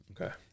Okay